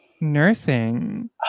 Nursing